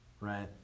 Right